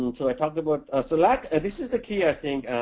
and so i talked about the lack this is the key, i think.